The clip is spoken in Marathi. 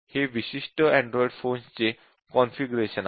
हे विशिष्ट अँड्रॉइड फोन चे कॉन्फिगरेशन आहेत